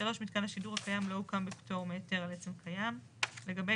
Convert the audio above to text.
(3) מיתקן השידור הקיים לא הוקם בפטור מהיתר על עצם קיים; (4) לגבי